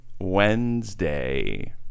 Wednesday